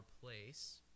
place